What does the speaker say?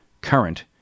current